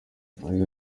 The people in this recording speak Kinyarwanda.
yagize